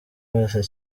wese